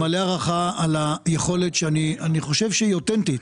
אני מלא הערכה על היכולת שאני חושב שהיא אותנטית,